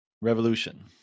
Revolution